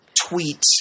tweet